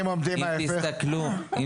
אם תסתכלו.